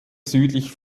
südlich